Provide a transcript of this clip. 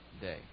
day